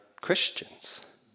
Christians